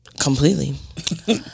completely